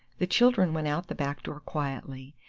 the children went out the back door quietly,